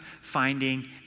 finding